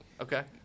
Okay